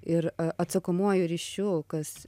ir atsakomuoju ryšiu kas